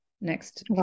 next